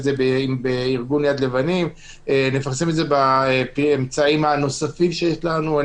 בארגון יד לבנים ובאמצעים הנוספים שיש לנו.